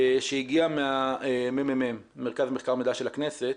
שאלה שהגיעה מהממ"מ, מרכז המחקר והמידע של הכנסת,